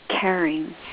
caring